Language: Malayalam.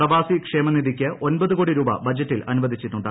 പ്രവാസി ക്ഷേമനിധിക്ക് ട്ട് കോടി രൂപ ബജറ്റിൽ അനുവദിച്ചിട്ടുണ്ട്